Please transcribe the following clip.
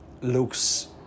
looks